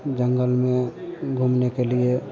जंगल में घूमने के लिए